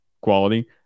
quality